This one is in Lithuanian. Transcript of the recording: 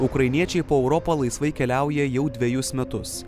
ukrainiečiai po europą laisvai keliauja jau dvejus metus